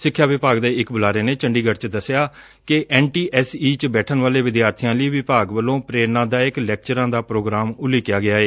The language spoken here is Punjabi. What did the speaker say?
ਸਿੱਖਿਆ ਵਿਭਾਗ ਦੇ ਇਕ ਬੁਲਾਰੇ ਨੇ ਚੰਡੀਗੜ ਚ ਦਸਿਆ ਕਿ ਐਨ ਟੀ ਐਸ ਈ ਚ ਬੈਠਣ ਵਾਲੇ ਵਿਦਿਆਰਬੀਆਂ ਲਈ ਵਿਭਾਗ ਵੱਲੋਂ ਪੇਰਨਾਦਾਇਕ ਲੈਕਚਰਾਂ ਦਾ ਪੋਗਰਾਮ ਉਲੀਕਿਆ ਗਿਆ ਏ